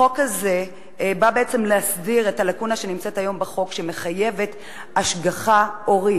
החוק הזה בא בעצם להסדיר את הלקונה בחוק היום ולחייב השגחה הורית,